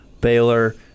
Baylor –